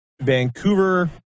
Vancouver